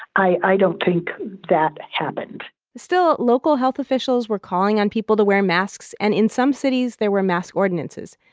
i i don't think that happened still, local health officials were calling on people to wear masks. and in some cities, there were mask ordinances.